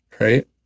right